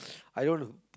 i don't want to